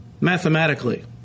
mathematically